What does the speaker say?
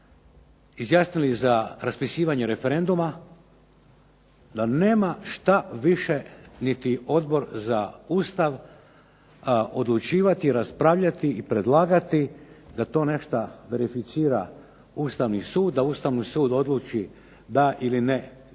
izjasnili za raspisivanje referenduma da nema što više niti Odbor za Ustav odlučivati, raspravljati i predlagati da to nešto verificira Ustavni sud, da Ustavni sud odluči da ili ne